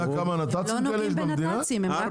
אתה יודע כמה נת"צים כאלה יש במדינה?